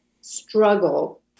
struggle